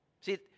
See